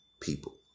people